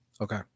Okay